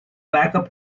backup